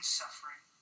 suffering